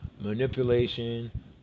manipulation